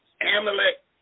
Amalek